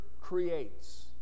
creates